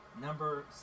Number